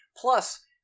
Plus